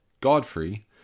Godfrey